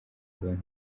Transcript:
abantu